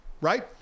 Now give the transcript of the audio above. right